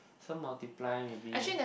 some multiply maybe